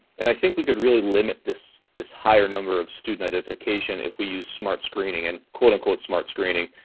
and i think we could really limit this this higher number of student identification if we used smart screening and quote unquote smart screening.